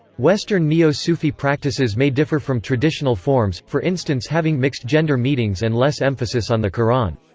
western neo-sufi practices may differ from traditional forms, for instance having mixed-gender meetings and less emphasis on the qur'an.